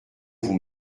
vous